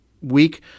week